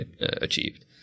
achieved